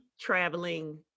traveling